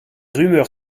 rumeurs